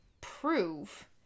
prove